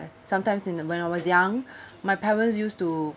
sometimes in the when I was young my parents used to